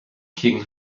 king